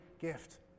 gift